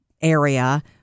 area